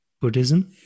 Buddhism